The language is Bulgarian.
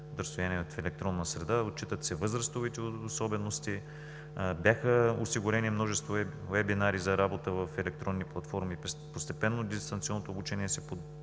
в електронна среда. Отчитат се възрастовите особености, бяха осигурени множество уебинари за работа в електронни платформи. Постепенно дистанционното обучение се